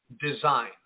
design